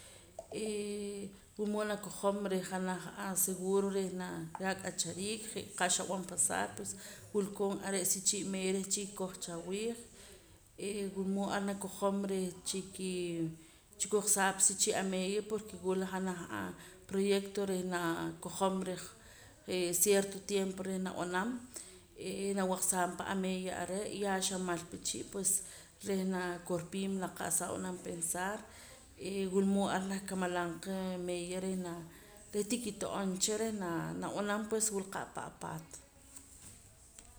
Ee wulmood nakojom reh janaj aseguro reh na reh ak'achariik je' qa' xab'an pasaar pues wulkoon are' sichii' meeya reh chikikoj cha'awiij ee wulmood ar nakojom reh chikii chikoqsaa pa sichii' ameeya porque wula janaj aproyecto reh naa nakojom reh cierto tiempo reh nab'anam ee nab'aqsaap ameeya are' ya xaa mal paa chii' pues reh naa korpiim la qa'sa nab'anam pensar ee wulmood ar nah kamalam qa meeya reh naa reh tikito'oon cha reh naa nab'anam pues wula qa' pan apaat